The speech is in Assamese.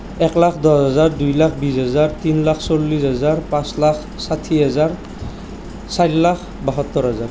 এক লাখ দহ হেজাৰ দুই লাখ বিশ হেজাৰ তিনি লাখ চল্লিছ হেজাৰ পাঁচ লাখ ষাঠি হেজাৰ চাৰি লাখ বাসত্তৰ হেজাৰ